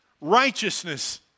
righteousness